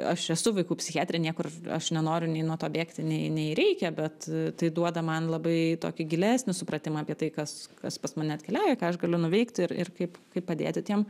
aš esu vaikų psichiatrė niekur aš nenoriu nei nuo to bėgti nei nei reikia bet tai duoda man labai tokį gilesnį supratimą apie tai kas kas pas mane atkeliauja ką aš galiu nuveikti ir ir kaip kaip padėti tiem